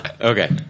okay